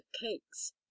cakes